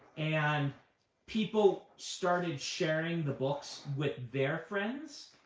and people started sharing the books with their friends,